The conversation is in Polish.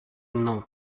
mną